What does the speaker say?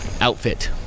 Outfit